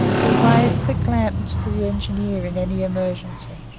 who wave quick lanterns to the engineer in any emergency.